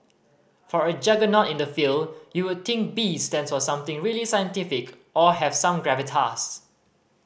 for a juggernaut in the field you would think B stands for something really scientific or have some gravitas